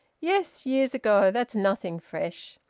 yes. years ago. that's nothing fresh.